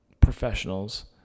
professionals